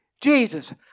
Jesus